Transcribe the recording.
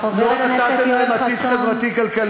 לא נתתם להם עתיד חברתי-כלכלי.